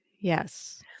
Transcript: Yes